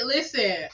Listen